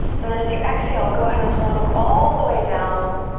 and then as you exhale, go ahead and float em all the way down.